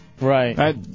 Right